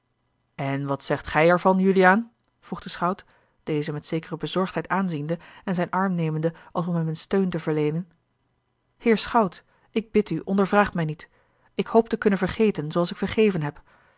en wat zegt gij er van juliaan vroeg de schout dezen met zekere bezorgdheid aanziende en zijn arm nemende als om hem een steun te verleenen heer schout ik bid u ondervraag mij niet ik hoop te kunnen vergeten zooals ik vergeven heb